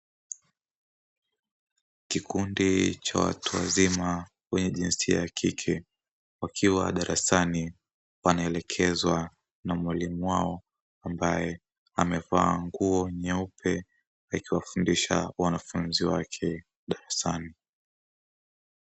Kikundi cha watu wazima wenye jinsia ya kike wakiwa darasani wanaelekeza na mwalimu wao ambae amevaa nguo nyeupe, akifundisha wanafunzi wake darasani.